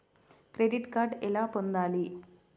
Credit card ఎలా పొందాలి?